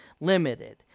limited